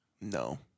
No